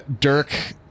Dirk